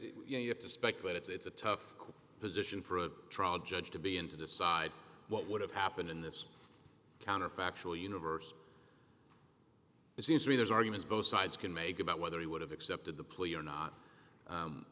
you have to speculate it's a tough position for a trial judge to be in to decide what would have happened in this counterfactual universe it seems to me there's arguments both sides can make about whether he would have accepted the plea or not